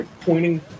pointing